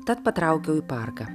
tad patraukiau į parką